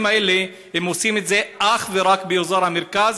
האלה עושים את זה אך ורק באזור המרכז,